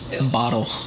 Bottle